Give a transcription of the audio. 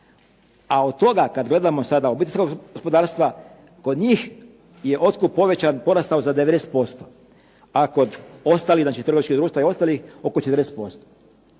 a od toga kada gledamo sada ... gospodarstva, kod njih je otkup povećan porast za 90%, a kod ostalih trgovačkih društva i ostalih oko 40%.